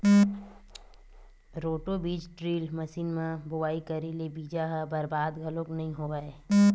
roto बीज drill machine म बोवई करे ले बीजा ह बरबाद घलोक नइ होवय